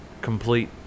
complete